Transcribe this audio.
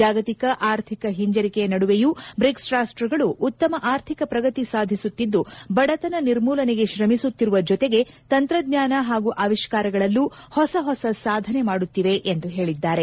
ಜಾಗತಿಕ ಆರ್ಥಿಕ ಹಿಂಜರಿಕೆಯ ನಡುವೆಯೂ ಬ್ರಿಕ್ಸ್ ರಾಷ್ಟಗಳು ಉತ್ತಮ ಆರ್ಥಿಕ ಪ್ರಗತಿ ಸಾಧಿಸುತ್ತಿದ್ದು ಬಡತನ ನಿರ್ಮೂಲನೆಗೆ ಶ್ರಮಿಸುತ್ತಿರುವ ಜೊತೆಗೆ ತಂತ್ರಜ್ಞಾನ ಹಾಗೂ ಆವಿಷ್ಕಾ ರಗಳಲ್ಲೂ ಹೊಸ ಹೊಸ ಸಾಧನೆ ಮಾಡುತ್ತಿವೆ ಎಂದು ಹೇಳಿದ್ದಾರೆ